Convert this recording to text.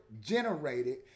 generated